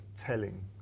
telling